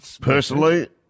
Personally